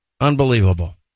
unbelievable